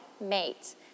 mate